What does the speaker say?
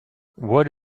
what